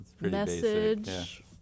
message